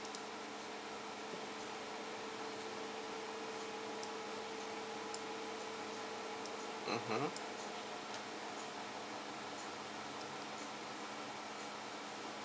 mmhmm